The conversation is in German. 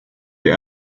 der